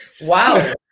Wow